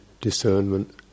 discernment